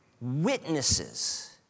witnesses